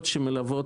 ומטבע הדברים,